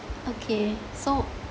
okay so